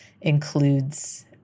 includes